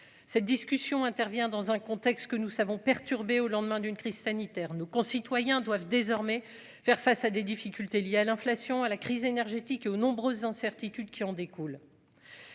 cette discussion intervient dans un contexte que nous savons perturbés au lendemain d'une crise sanitaire, nos concitoyens doivent désormais faire face à des difficultés liées à l'inflation à la crise énergétique et aux nombreuses incertitudes qui en découlent,